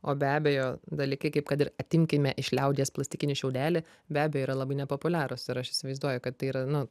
o be abejo dalykai kaip kad ir atimkime iš liaudies plastikinį šiaudelį be abejo yra labai nepopuliarūs ir aš įsivaizduoju kad tai yra nu